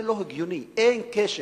זה לא הגיוני, אין קשר.